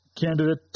Candidate